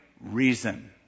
reason